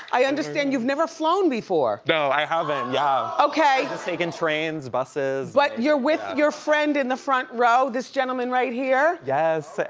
i understand you've never flown before. no i haven't, yeah. i've just taken trains, buses but, you're with your friend in the front row. this gentleman right here? yes.